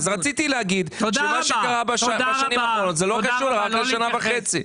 אז רציתי להגיד שמה שקרה בשנים האחרונות לא קשור רק לשנה וחצי.